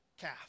calf